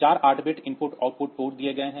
चार 8 bit IO port दिए गए हैं